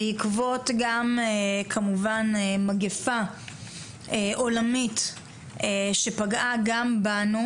גם כמובן בעקבות מגיפה עולמית שפגעה בנו.